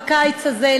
בקיץ הזה,